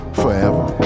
forever